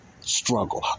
struggle